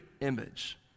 image